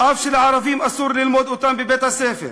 אף שלערבים אסור ללמוד אותם בבית-הספר.